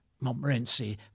Montmorency